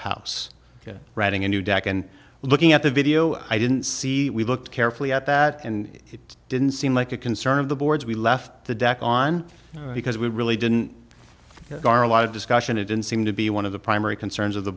house reading a new deck and looking at the video i didn't see we looked carefully at that and it didn't seem like a concern of the boards we left the deck on because we really didn't car a lot of discussion it didn't seem to be one of the primary concerns of the